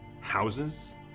houses